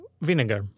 vinegar